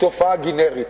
תופעה גנרית,